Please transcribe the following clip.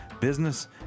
business